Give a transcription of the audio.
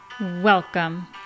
Welcome